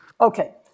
Okay